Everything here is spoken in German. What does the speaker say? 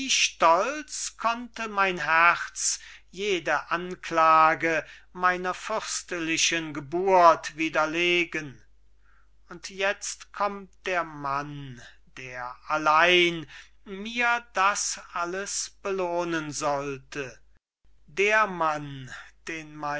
stolz konnte mein herz jede anklage meiner fürstlichen geburt widerlegen und jetzt kommt der mann der allein mir das alles belohnen sollte der mann den